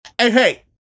hey